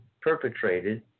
perpetrated